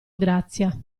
grazia